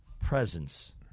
presence